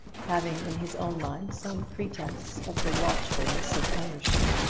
having in his own mind some pretence of the watchfulness of ownership,